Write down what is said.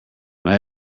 may